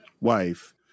wife